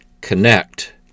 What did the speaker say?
Connect